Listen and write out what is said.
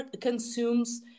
consumes